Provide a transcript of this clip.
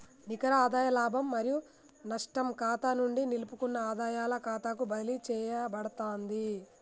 నికర ఆదాయ లాభం మరియు నష్టం ఖాతా నుండి నిలుపుకున్న ఆదాయాల ఖాతాకు బదిలీ చేయబడతాంది